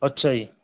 ਅੱਛਾ ਜੀ